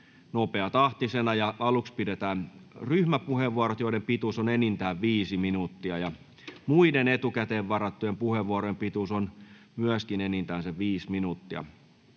nopeatahtisena. Aluksi pidetään ryhmäpuheenvuorot, joiden pituus on enintään viisi minuuttia. Muiden etukäteen varattujen puheenvuorojen pituus on myöskin enintään viisi minuuttia.